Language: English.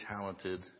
talented